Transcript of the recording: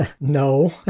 No